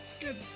Good